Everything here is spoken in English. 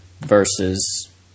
versus